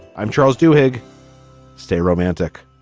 i'm charles duhigg stay romantic